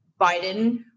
Biden